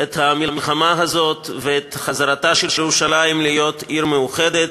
את המלחמה הזאת ואת חזרתה של ירושלים להיות עיר מאוחדת.